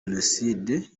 jenoside